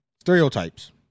Stereotypes